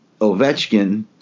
Ovechkin